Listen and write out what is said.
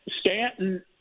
Stanton –